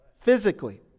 Physically